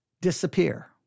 disappear